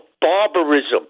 barbarism